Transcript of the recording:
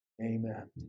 Amen